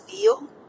feel